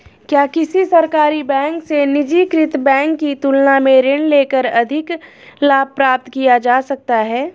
क्या किसी सरकारी बैंक से निजीकृत बैंक की तुलना में ऋण लेकर अधिक लाभ प्राप्त किया जा सकता है?